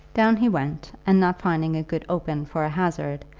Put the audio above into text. down he went, and not finding a good open for a hazard,